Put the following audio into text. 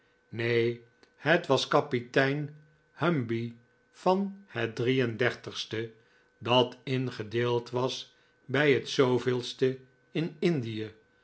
nee het was kapitein humby van het drie en dertigste dat ingedeeld was bij het de in indie